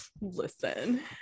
Listen